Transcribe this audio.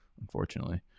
unfortunately